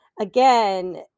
Again